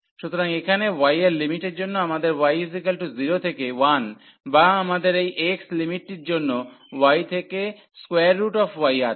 সুতরাং এখানে y এর লিমিটের জন্য আমাদের y 0 থেকে 1 বা আমাদের এই x লিমিটটির জন্য y থেকে y আছে